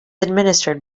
administered